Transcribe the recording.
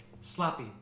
sloppy